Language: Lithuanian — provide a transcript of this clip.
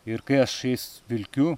ir kai aš jais vilkiu